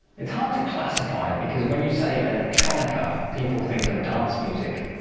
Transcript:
it's hard to classify, because when you say electronica, people think of dance music,